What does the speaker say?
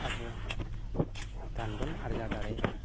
ᱟᱵᱚ ᱫᱷᱚᱱ ᱵᱚᱱ ᱟᱨᱡᱟᱣ ᱫᱟᱲᱮᱭᱟᱜᱼᱟ